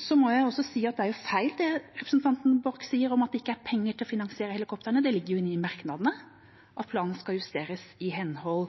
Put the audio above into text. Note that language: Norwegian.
Så må jeg også si at det er feil, det representanten Borch sier om at det ikke er penger til å finansiere helikoptrene. Det ligger inne i merknadene at planen skal justeres i henhold